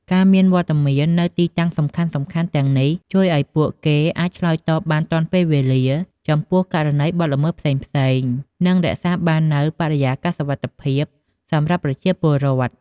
ការមានវត្តមាននៅទីតាំងសំខាន់ៗទាំងនេះជួយឲ្យពួកគេអាចឆ្លើយតបបានទាន់ពេលវេលាចំពោះករណីបទល្មើសផ្សេងៗ និងរក្សាបាននូវបរិយាកាសសុវត្ថិភាពសម្រាប់ប្រជាពលរដ្ឋ។